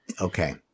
Okay